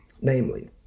Namely